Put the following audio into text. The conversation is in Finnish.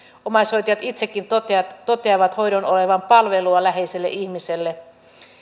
omaishoitajat itsekin toteavat toteavat hoidon olevan palvelua läheiselle ihmiselle